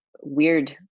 weird